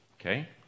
Okay